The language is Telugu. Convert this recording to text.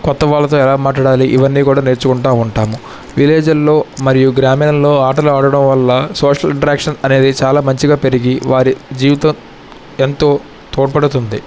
కొత్త వాళ్లతో ఎలా మాట్లాడాలి ఇవన్నీ కూడా నేర్చుకుంటూ ఉంటాము విలేజిల్లో మరియూ గ్రామీణంలో ఆటలు ఆడటం వల్ల సోషల్ ఇంటరాక్షన్ అనేది చాలా మంచిగా పెరిగి వారి జీవితం ఎంతో తోడ్పడుతుంది